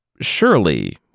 Surely